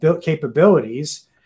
capabilities